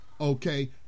okay